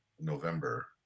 November